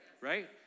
Right